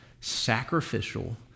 sacrificial